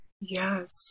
Yes